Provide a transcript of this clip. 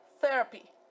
therapy